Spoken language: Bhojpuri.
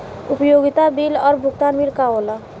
उपयोगिता बिल और भुगतान बिल का होला?